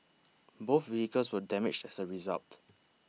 both vehicles were damaged as a result